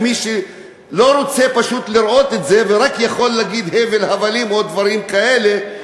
למי שלא רוצה פשוט לראות את זה ורק יכול להגיד הבל הבלים או דברים כאלה: